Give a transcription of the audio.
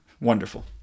Wonderful